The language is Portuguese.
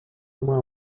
uma